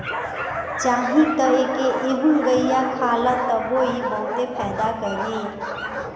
चाही त एके एहुंगईया खा ल तबो इ बहुते फायदा करी